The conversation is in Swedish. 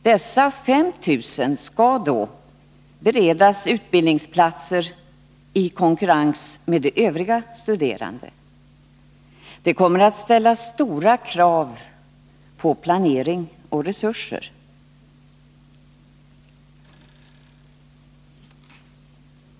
Dessa 5 000 skall då beredas utbildningsplatser i konkurrens med de övriga studerande. Det kommer att ställas stora krav på planering och resurser.